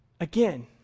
Again